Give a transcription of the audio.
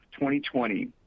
2020